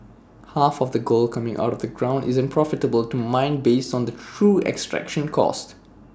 half of the gold coming out of the ground isn't profitable to mine based on the true extraction costs